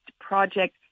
project